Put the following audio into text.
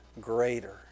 greater